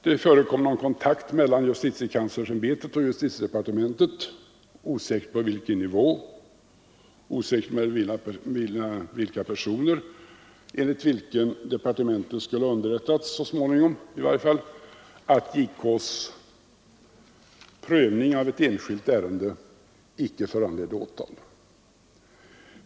Det förekom viss kontakt mellan justitiekanslersämbetet och justitiedepartementet — osäkert på vilken nivå och osäkert mellan vilka personer — och därigenom kom departementet att underrättas, så småningom i varje fall, om att JK:s prövning av ett enskilt ärende icke föranledde åtal.